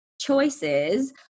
choices